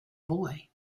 boy